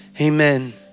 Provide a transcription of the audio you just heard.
amen